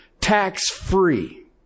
tax-free